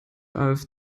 auf